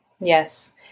Yes